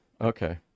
okay